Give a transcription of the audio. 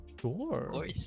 sure